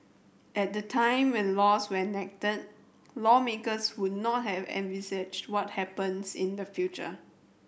at the time when laws when enacted lawmakers would not have envisaged what happens in the future